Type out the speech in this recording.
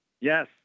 Yes